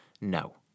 No